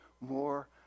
more